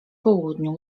południu